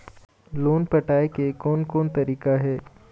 Loan पटाए के कोन कोन तरीका हे?